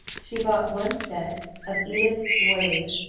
she bought one set of edith's doilies,